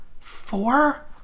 Four